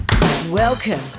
Welcome